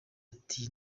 ati